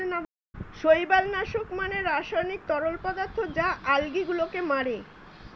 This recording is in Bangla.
শৈবাল নাশক মানে রাসায়নিক তরল পদার্থ যা আলগী গুলোকে মারে